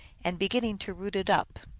and beginning to root it up.